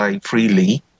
freely